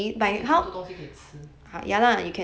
then 可以做很多东西可以吃